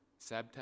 Sabta